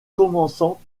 commençant